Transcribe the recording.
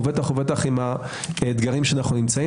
ובטח ובטח עם האתגרים שאנו נמצאים.